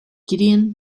gideon